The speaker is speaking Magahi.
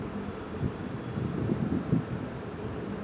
निवेश बैंक जमा स्वीकार न करइ छै